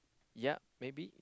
yep maybe